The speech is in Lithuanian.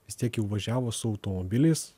vis tiek jau važiavo su automobiliais